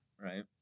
Right